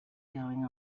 going